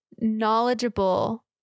knowledgeable